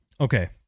Okay